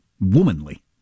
womanly